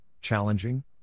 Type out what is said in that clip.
challenging